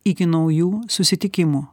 iki naujų susitikimų